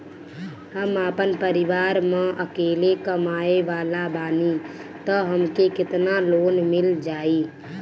हम आपन परिवार म अकेले कमाए वाला बानीं त हमके केतना लोन मिल जाई?